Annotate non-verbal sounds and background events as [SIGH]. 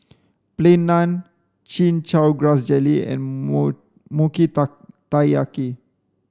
plain naan chin chow grass jelly and [UNINTELLIGIBLE] mochi [UNINTELLIGIBLE] taiyaki